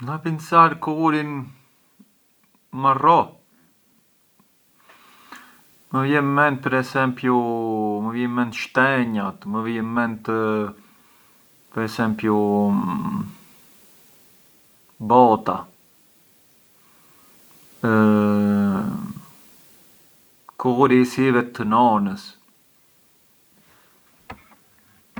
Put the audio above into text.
Jo më mirë një panin, një panin më mirë ë se një ncallatë se ka më ghustë, një panin, per esempiu mënd i vum një panin me proshutu, mozzarella kumdhamure e mayonese, ncallatën pran e ham mbrënvet, come contornu kur ham njatr shurbes.